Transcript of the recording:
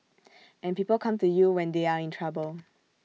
and people come to you when they are in trouble